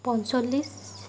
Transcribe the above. পঞ্চল্লিছ